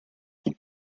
die